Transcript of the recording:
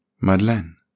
Madeleine